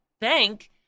bank